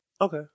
okay